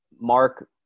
Mark